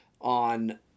on